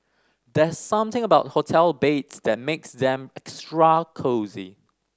there's something about hotel beds that makes them extra cosy